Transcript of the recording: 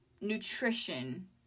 nutrition